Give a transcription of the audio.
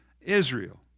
Israel